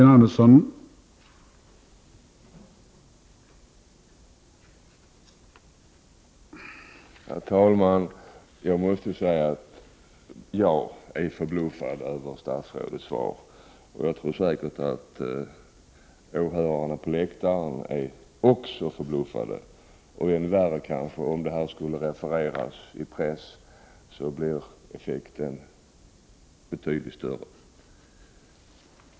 Herr talman! Jag måste säga att jag är förbluffad över statsrådets svar, och jag är säker på att åhörarna på läktaren också är förbluffade. Ännu värre vore det kanske om detta skulle refereras i pressen. Då blir effekten betydligt större.